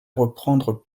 reprendre